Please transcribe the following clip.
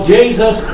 Jesus